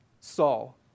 Saul